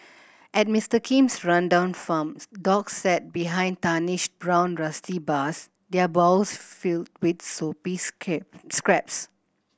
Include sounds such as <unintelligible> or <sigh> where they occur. at Mister Kim's rundown farms dogs sat behind tarnished brown rusty bars their bowls filled with soupy <unintelligible> scraps